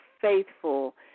faithful